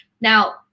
now